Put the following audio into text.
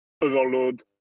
overload